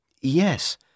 Yes